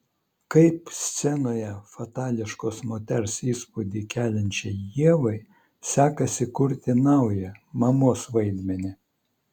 kaip scenoje fatališkos moters įspūdį keliančiai ievai sekasi kurti naują mamos vaidmenį